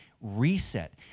Reset